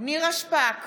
נירה שפק,